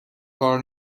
کار